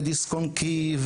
ודיסק-און-קי,